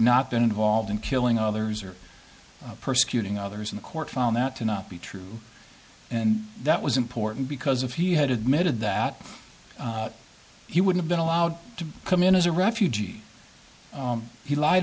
not been involved in killing others or persecuting others in the court found that to not be true and that was important because if he had admitted that he would have been allowed to come in as a refugee he lied